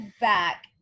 back